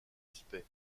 suspect